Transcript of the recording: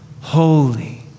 holy